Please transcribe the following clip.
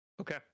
Okay